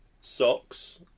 socks